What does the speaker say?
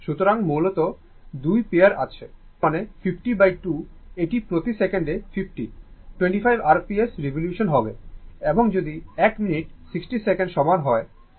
সুতরাং মূলত দুই পেয়ার আছে তার মানে 502 এটি প্রতি সেকেন্ডে 50 25 r p s রিভলিউশন হবে এবং যদি এক মিনিট 60 সেকেন্ডের সমান হয়